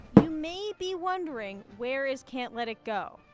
you may be wondering, where is can't let it go?